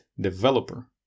developer